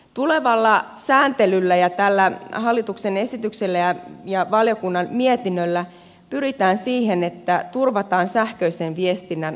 tulevalla sääntelyllä ja tällä hallituksen esityksellä ja valiokunnan mietinnöllä pyritään siihen että turvataan sähköisen viestinnän tarjonta